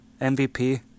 MVP